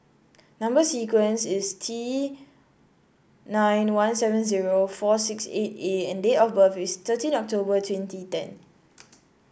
number sequence is T nine one seven zero four six eight A and date of birth is thirteen October twenty ten